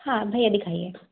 हाँ भईया दिखाइए